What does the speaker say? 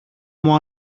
μου